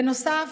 בנוסף,